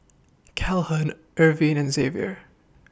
Calhoun Irvine and Xavier